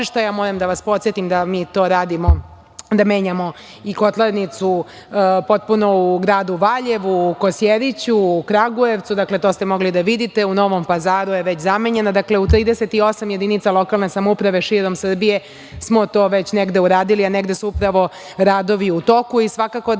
ložišta. Moram da vas podsetim da mi to radimo, da menjamo i kotlarnicu potpuno u gradu Valjevu, Kosjeriću, Kragujevcu. To ste mogli da vidite. U Novom Pazaru je već zamenjena. Dakle, u 38 jedinica lokalne samouprave širom Srbije smo to već uradili, a negde su upravo radovi u toku. Svakako da